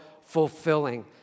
fulfilling